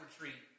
retreat